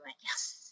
yes